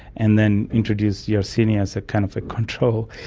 and then introduced yersinia as a kind of a control,